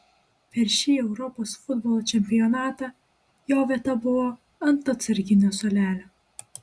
per šį europos futbolo čempionatą jo vieta buvo ant atsarginių suolelio